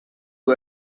who